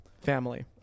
family